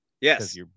Yes